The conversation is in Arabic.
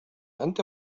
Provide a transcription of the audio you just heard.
أنت